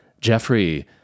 Jeffrey